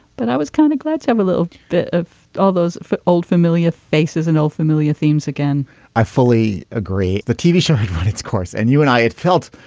but i was kind of glad to have a little bit of all those old familiar faces an old familiar themes again i fully agree. the tv show had run its course and you and i had felt.